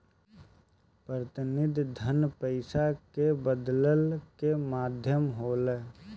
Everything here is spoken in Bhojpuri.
प्रतिनिधि धन पईसा के बदलला के माध्यम होला